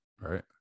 right